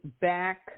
back